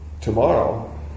tomorrow